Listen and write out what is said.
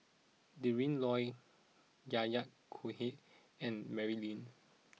Adrin Loi Yahya Cohen and Mary Lim